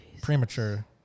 Premature